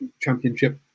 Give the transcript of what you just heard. Championship